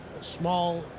small